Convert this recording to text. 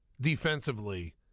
defensively